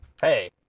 Hey